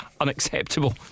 unacceptable